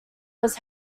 was